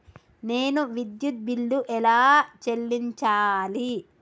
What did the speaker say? నేను విద్యుత్ బిల్లు ఎలా చెల్లించాలి?